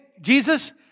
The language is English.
Jesus